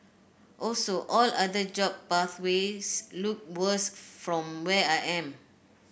also all other job pathways look worse from where I am